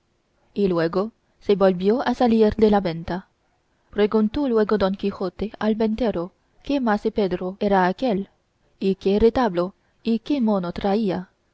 y luego se volvió a salir de la venta preguntó luego don quijote al ventero qué mase pedro era aquél y qué retablo y qué mono traía